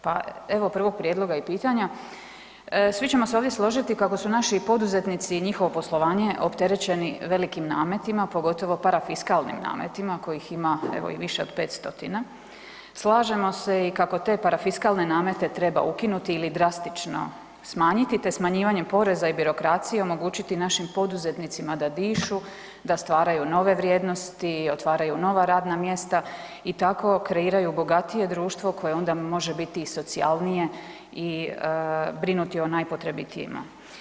Pa evo prvog prijedloga i pitanja, svi ćemo se ovdje složiti kako su naši poduzetnici i njihovo poslovanje opterećeni velikim nametima, pogotovo parafiskalnim nametima kojih ima evo i više od pet stotina, slažemo se kako i te parafiskalne namete treba ukinuti ili drastično smanjiti, te smanjivanjem poreza i birokracije omogućiti našim poduzetnicima da dišu, da stvaraju nove vrijednosti, otvaraju nova radna mjesta i tako kreiraju bogatije društvo koje onda može biti i socijalnije i brinuti o najpotrebitijima.